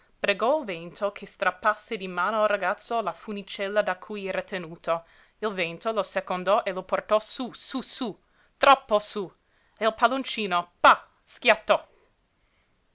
pregò il vento che strappasse di mano al ragazzo la funicella da cui era tenuto il vento lo secondò e lo portò sú sú sú troppo sú e il palloncino pa schiattò